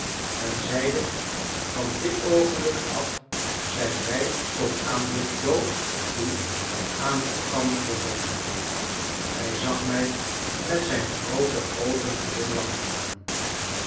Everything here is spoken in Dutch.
en zeide van dit oogenblik af zijn wij tot aan den dood toe aan elkander verbonden hij zag mij met zijne groote oogen glimlachend aan